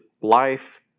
life